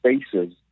spaces